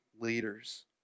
leaders